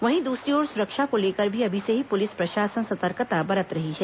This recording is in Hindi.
वहीं दूसरी ओर सुरक्षा को लेकर भी अभी से ही पुलिस प्रशासन सतर्कता बरत रही है